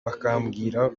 bakambwira